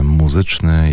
muzyczny